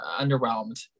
underwhelmed